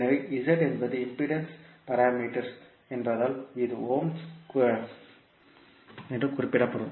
எனவே z என்பது impedance parameters என்பதால் இது ஓம்ஸில் குறிப்பிடப்படும்